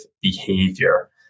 behavior